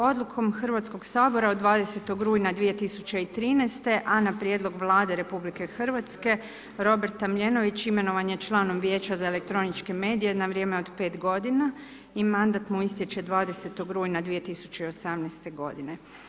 Odlukom Hrvatskog sabora od 20. rujna 2013. a na prijedlog Vlade RH, Robert Tomljenović imenovan je članom Vijeća za elektroničke medije na vrijeme od 5 godina i mandat mu istječe 20. rujna 2018. godine.